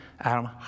Adam